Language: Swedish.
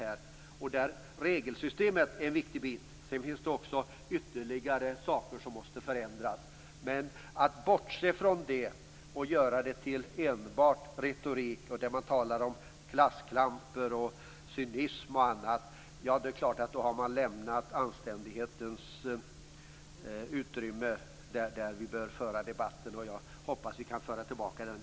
Där är regelsystemet en viktig bit. Sedan finns det ytterligare saker som måste förändras. Att bortse från det och göra det till enbart retorik där man talar om klasskamper, cynism och annat innebär helt klart att man har lämnat det anständighetens utrymme där vi bör föra debatten; jag hoppas att vi kan föra den tillbaka dit.